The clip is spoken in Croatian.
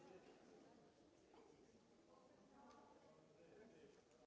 Hvala vama